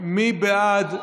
מי בעד?